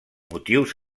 motius